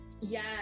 Yes